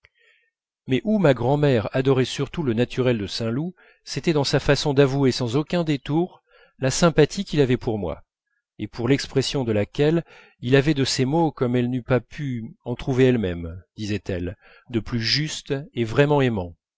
mais où ma grand'mère adorait surtout le naturel de saint loup c'était dans sa façon d'avouer sans aucun détour la sympathie qu'il avait pour moi et pour l'expression de laquelle il avait de ces mots comme elle n'eût pas pu en trouver elle-même disait-elle de plus justes et vraiment aimants